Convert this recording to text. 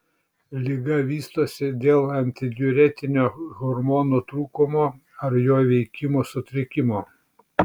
liga vystosi dėl antidiuretinio hormono trūkumo ar jo veikimo sutrikimo